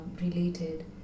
related